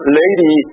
lady